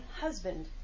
husband